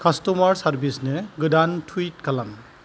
customer सार्भिसनो गोदान टुइट खालाम